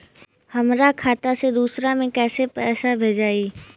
हमरा खाता से दूसरा में कैसे पैसा भेजाई?